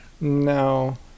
No